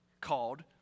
called